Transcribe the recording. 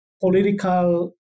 Political